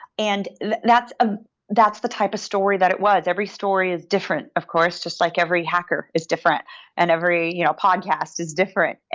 and like that's ah that's the type of story that it was. every story is different. of course, just like every hacker is different and every you know podcast is different,